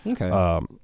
Okay